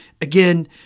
again